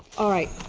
all right.